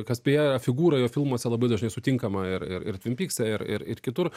kas beje figūra jo filmuose labai dažnai sutinkama ir ir ir tvin pykse ir ir ir kitur